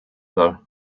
though